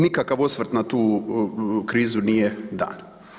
Nikakav osvrt na tu krizu nije dan.